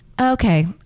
okay